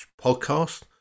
podcast